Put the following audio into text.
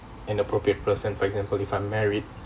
and appropriate person for example if I'm married